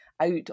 out